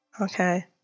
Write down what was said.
Okay